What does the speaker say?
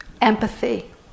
empathy